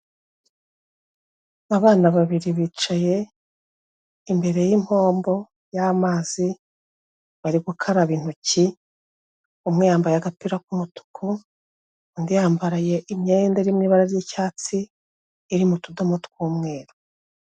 Abana babiri bicaye imbere y'impombo y'amazi bari gukaraba intoki, umwe yambaye agapira k'umutuku undi yambaye imyenda iri mu ibara ry'icyatsi iri mu tudomo tw'umweru.